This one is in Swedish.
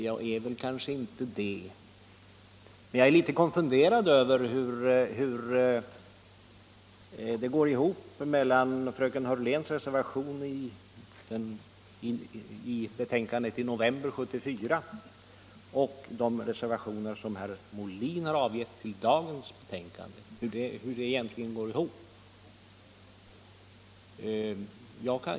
Jag är kanske inte det, men jag är litet konfunderad över hur fröken Hörléns reservation vid betänkandet i november 1974 och de reservationer som herr Molin har avgett i anslutning till dagens betänkande egentligen går ihop.